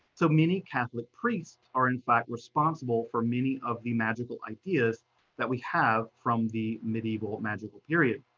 so many catholic priests are in fact responsible for many of the magical ideas that we have from the medieval magical period.